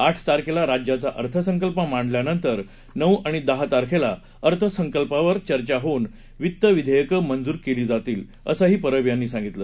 आठ तारखेला राज्याचा अर्थसंकल्प मांडल्यानंतर नऊ आणि दहा तारखेला अर्थसंकल्पावर चर्चा होऊन वित्त विधेयकं मंजूर केलं जाईल असंही परब यांनी सांगितलं